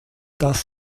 das